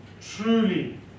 truly